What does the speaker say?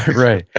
right.